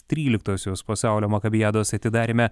tryliktosios pasaulio makabijados atidaryme